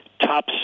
top